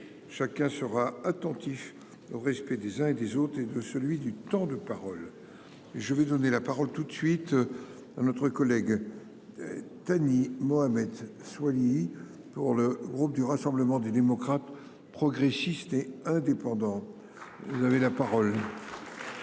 Chacun sera attentif au respect des uns et des autres et de celui du temps de parole. Je vais donner la parole tout de suite. À notre collègue. Thani Mohamed Soilihi. Pour le groupe du Rassemblement des démocrates, progressistes et indépendants. Vous avez la parole. Merci monsieur